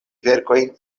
verkojn